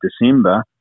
December